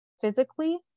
physically